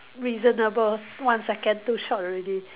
reasonable one second too short already